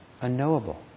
unknowable